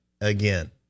again